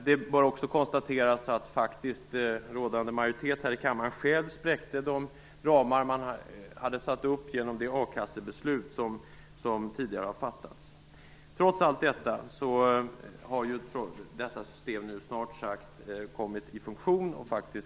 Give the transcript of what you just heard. Det bör också konstateras att faktiskt den rådande majoriteten här i kammaren själv spräckte de ramar man hade satt upp genom det a-kassebeslut som tidigare har fattats. Trots allt detta har detta system nu kommit i funktion.